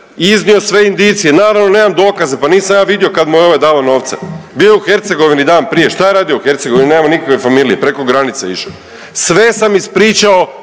iznio sve indicije, naravno, nemam dokaza, pa nisam ja vidio kad mu je ovaj dao novce, bio je u Hercegovini dan prije, šta je radio u Hercegovini, nema nikakve familije, preko granice išao. Sve sam ispričao